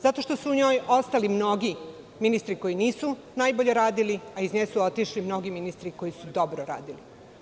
Zato što su u njoj ostali mnogi ministri koji nisu najbolje radili, a iz nje su otišli mnogi ministri koji su dobro radili.